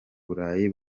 burayi